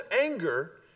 anger